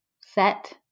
set